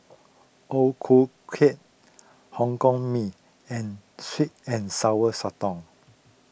O Ku Kueh Hokkien Mee and Sweet and Sour Sotong